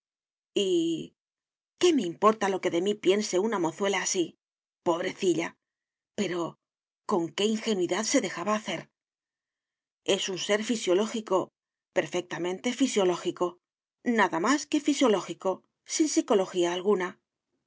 qué me importa lo que de mí piense una mozuela así pobrecilla pero con qué ingenuidad se dejaba hacer es un ser fisiológico perfectamente fisiológico nada más que fisiológico sin psicología alguna